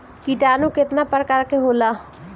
किटानु केतना प्रकार के होला?